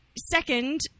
Second